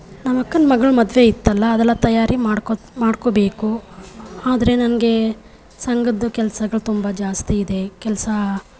ನಮ್ಮ ಅಕ್ಕನ ಮಗಳ ಮದುವೆ ಇತ್ತಲ್ಲ ಅದೆಲ್ಲ ತಯಾರಿ ಮಾಡ್ಕೊ ಮಾಡ್ಕೊಳ್ಬೇಕು ಆದರೆ ನನಗೆ ಸಂಘದ್ದು ಕೆಲ್ಸಗಳು ತುಂಬ ಜಾಸ್ತಿ ಇದೆ ಕೆಲ್ಸ